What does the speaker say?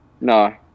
No